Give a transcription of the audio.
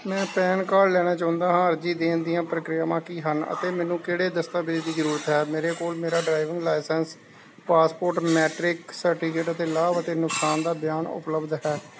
ਮੈਂ PAN card ਲੈਣਾ ਚਾਹੁੰਦਾ ਹਾਂ ਅਰਜ਼ੀ ਦੇਣ ਦੀਆਂ ਪ੍ਰਕਿਰਿਆਵਾਂ ਕੀ ਹਨ ਅਤੇ ਮੈਨੂੰ ਕਿਹੜੇ ਦਸਤਾਵੇਜ਼ ਦੀ ਜ਼ਰੂਰਤ ਹੈ ਮੇਰੇ ਕੋਲ ਮੇਰਾ driving licence passport matric certificate ਅਤੇ ਲਾਭ ਅਤੇ ਨੁਕਸਾਨ ਦਾ ਬਿਆਨ ਉਪਲਬਧ ਹੈ